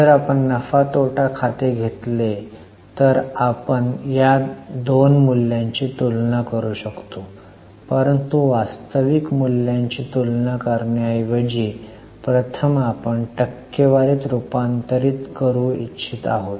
जर आपण नफा तोटा खाते घेतले तर आपण या दोन मूल्यांची तुलना करू शकतो परंतु वास्तविक मूल्यांची तुलना करण्याऐवजी प्रथम आपण टक्केवारीत रूपांतरित करू इच्छित आहोत